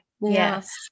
yes